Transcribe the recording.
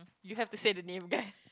you have to say the name kan